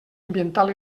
ambiental